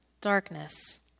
darkness